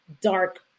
dark